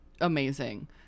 amazing